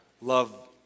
love